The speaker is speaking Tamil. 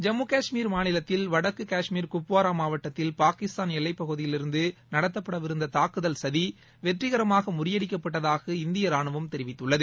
ஜம்மு காஷ்மீர் மாநிலத்தில் வடக்கு காஷ்மீர் குப்வாரா மாவட்டத்தில் பாகிஸ்தான் எல்லைப் பகுதியிலிருந்து நடத்தப்பட விருந்த தாக்குதல் சதி வெற்றிகரமாக முறியடிக்கப்பட்டதாக இந்திய ராணுவம் தெரிவித்துள்ளது